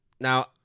Now